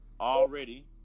Already